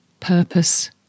purpose